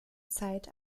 zeit